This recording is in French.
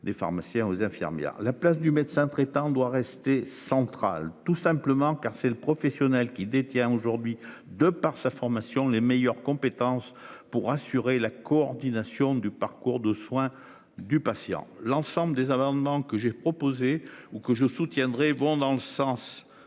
des pharmaciens aux infirmières la place du médecin traitant doit rester central, tout simplement car c'est le professionnel qui détient aujourd'hui de par sa formation les meilleures compétences pour assurer la coordination du parcours de soin. Du patient, l'ensemble des amendements que j'ai proposé ou que je soutiendrai vont dans le sens